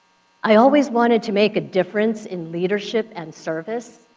i always wanted to make a difference in leadership and service,